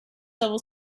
civil